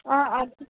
অঁ